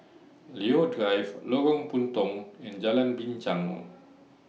Leo Drive Lorong Puntong and Jalan Binchang